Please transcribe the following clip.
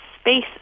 space